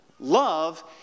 love